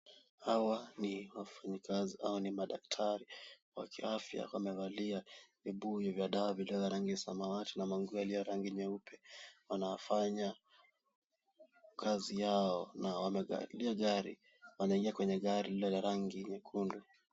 Hawa ni wafanyakazi au madaktari wa kiafya wamevalia vibuyu vya dawa vilio vya rangi ya samawati na manguo yaliyo ya rangi nyeupe wanafanya kazi yao na wamekalia gari, wanaingia kwenye gari lililo la rangi nyekundu.